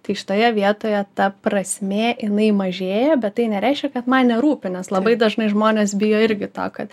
tai šitoje vietoje ta prasmė jinai mažėja bet tai nereiškia kad man nerūpi nes labai dažnai žmonės bijo irgi to kad